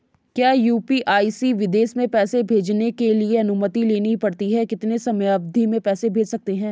क्या यु.पी.आई से विदेश में पैसे भेजने के लिए अनुमति लेनी पड़ती है कितने समयावधि में पैसे भेज सकते हैं?